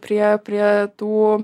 prie prie tų